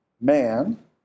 man